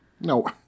No